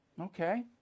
Okay